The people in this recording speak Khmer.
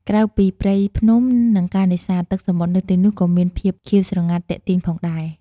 ក្រៅពីព្រៃភ្នំ និងការនេសាទ ទឹកសមុទ្រនៅទីនោះក៏មានភាពខៀវស្រងាត់ទាក់ទាញផងដែរ។